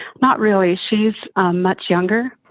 not really. she's much younger.